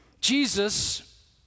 Jesus